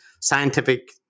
scientific